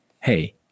hey